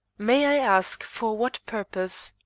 may i ask for what purpose?